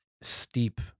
steep